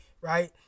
right